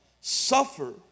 Suffer